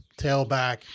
tailback